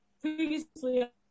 Previously